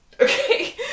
Okay